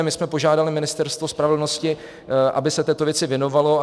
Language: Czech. My jsme požádali Ministerstvo spravedlnosti, aby se této věci věnovalo.